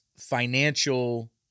financial